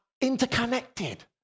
interconnected